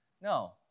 No